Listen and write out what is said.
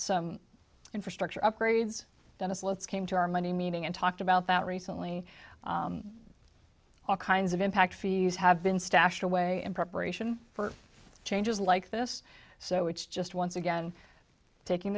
some infrastructure upgrades that is let's came to our money meeting and talked about that recently all kinds of impact fees have been stashed away in preparation for changes like this so it's just once again taking